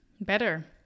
better